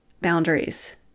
boundaries